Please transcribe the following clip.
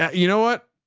you know what?